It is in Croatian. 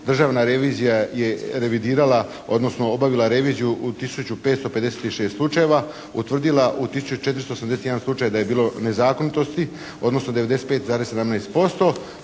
Državna revizija je revidirala, odnosno obavila reviziju u 1556 slučajeva, utvrdila u 1481 slučaj da je bilo nezakonitosti, odnosno 95,17%.